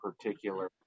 particular